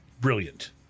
brilliant